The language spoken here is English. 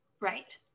Right